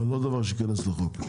אבל זה לא דבר שייכנס בחוק.